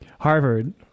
Harvard